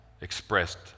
expressed